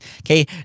okay